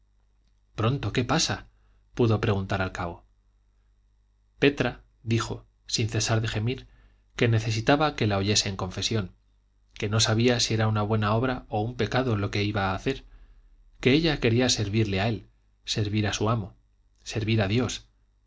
pronto qué pasa pudo preguntar al cabo petra dijo sin cesar de gemir que necesitaba que la oyese en confesión que no sabía si era una buena obra o un pecado lo que iba a hacer que ella quería servirle a él servir a su amo servir a dios